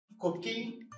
cooking